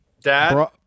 Dad